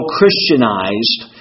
Christianized